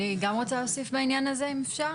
אני גם רוצה להוסיף בעניין הזה אם אפשר.